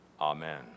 amen